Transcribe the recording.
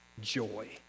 joy